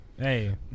Hey